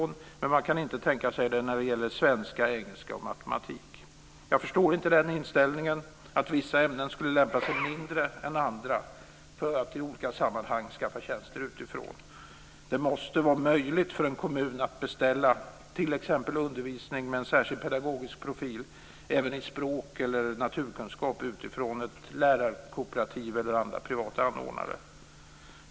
Men regeringen kan inte tänka sig det när det gäller svenska, engelska och matematik. Jag förstår inte den inställningen, att vissa ämnen skulle lämpa sig mindre bra än andra för att man i olika sammanhang skulle skaffa tjänster utifrån. Det måste vara möjligt för en kommun att beställa t.ex. undervisning med en särskild pedagogisk profil även i språk eller naturkunskap utifrån, t.ex. från ett lärarkooperativ eller från andra privata anordnare.